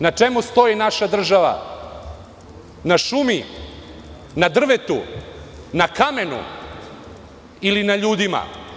Na čemu stoji naša država – na šumi, na drvetu, na kamenu ili naljudima?